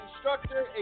instructor